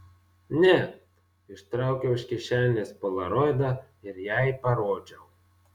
ne ištraukiau iš kišenės polaroidą ir jai parodžiau